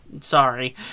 sorry